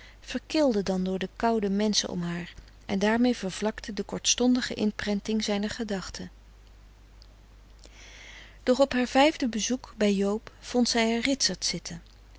dan door de koude menschen om haar en daarmee vervlakte de kortstondige inprenting zijner gedachten doch op haar vijfde bezoek bij joob vond zij er ritsert zitten